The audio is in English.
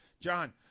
John